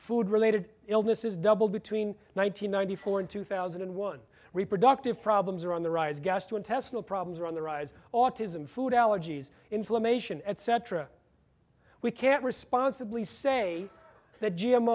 food related illnesses doubled between one thousand ninety four and two thousand and one reproductive problems are on the rise gastrointestinal problems are on the rise autism food allergies inflammation etc we can't responsibly say th